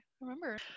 remember